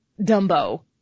Dumbo